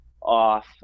off